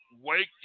Wake